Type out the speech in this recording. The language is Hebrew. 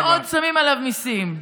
ועוד שמים עליו מיסים.